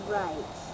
right